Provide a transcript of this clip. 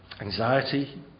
anxiety